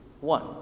One